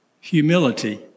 humility